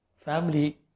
family